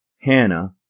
Hannah